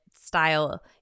style